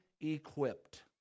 equipped